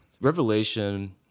Revelation